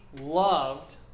loved